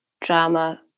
drama